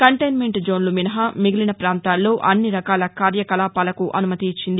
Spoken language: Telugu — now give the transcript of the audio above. కంటైన్నెంటు జోన్లు మినహా మిగిలిన ప్రాంతాల్లో అన్నిరకాల కార్యకలాపాలకు అనుమతి ఇచ్చింది